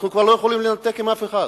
אנחנו כבר לא יכולים לנתק עם אף אחד.